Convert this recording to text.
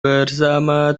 bersama